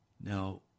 Now